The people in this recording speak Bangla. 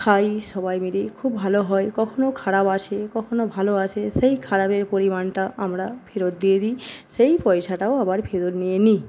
খাই সবাই মিলে খুব ভালো হয় কখনো খারাপ আসে কখনো ভালো আসে সেই খারাপের পরিমাণটা আমরা ফেরত দিয়ে দিই সেই পয়সাটাও আবার ফেরত নিয়ে নি